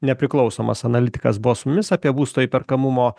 nepriklausomas analitikas buvo su mumis apie būsto įperkamumo